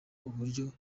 uburyo